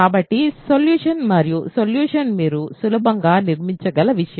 కాబట్టి మీరు సొల్యూషన్ ని సులభంగా నిర్మించగలరు